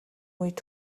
үед